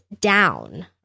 down